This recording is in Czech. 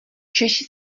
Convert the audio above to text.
češi